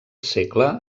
segle